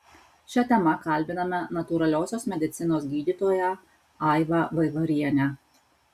šia tema kalbiname natūraliosios medicinos gydytoją aivą vaivarienę